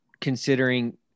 considering